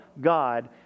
God